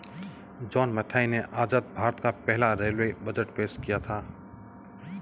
John Mathai ने आजाद भारत का पहला रेलवे बजट पेश किया था